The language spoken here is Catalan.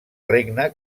regne